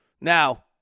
Now